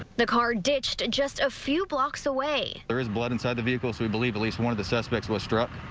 the car ditched in just a few blocks away there is blood inside the vehicle to believe at least one of the suspects was struck.